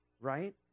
right